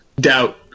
Doubt